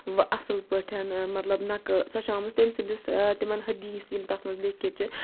اصل پٲٹھٮ۪ن مَطلَب نَقہ سۄ چھِ آمٕژ تٔمۍ سِنٛدٕس تِمَن حدیث یِم تتھ مَنٛز لیٚکھِت چھِ